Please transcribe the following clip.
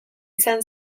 izan